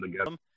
together